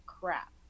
crap